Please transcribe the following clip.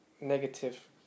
negative